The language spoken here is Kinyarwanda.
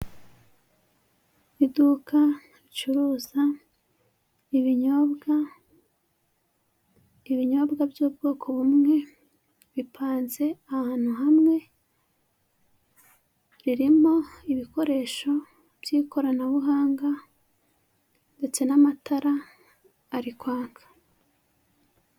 Iduka ricuruza ibinyobwa, ibinyobwa by'ubwoko bumwe, bipanze ahantu hamwe, ririmo ibikoresho by'ikoranabuhanga ndetse n'amatara ari kwaka.